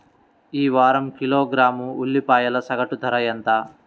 ఈ వారం కిలోగ్రాము ఉల్లిపాయల సగటు ధర ఎంత?